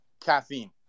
caffeine